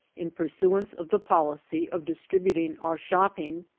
in pursuance of the policy of distributing our shopping,